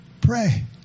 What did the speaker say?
Pray